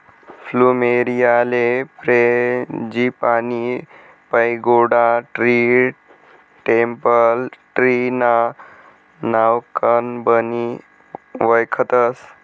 फ्लुमेरीयाले frangipani, pagoda tree, temple tree ना नावकनबी वयखतस